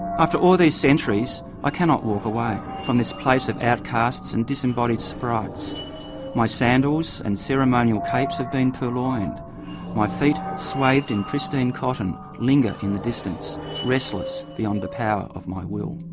after all these centuries, i cannot walk away from this place of outcasts and disembodied sprites my sandals and ceremonial capes have been purloined my feet, swathed in pristine cotton, linger in the distance restless, beyond the power of my will.